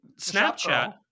Snapchat